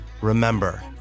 Remember